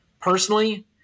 Personally